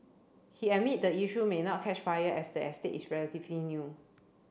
he admit the issue may not catch fire as the estate is relatively new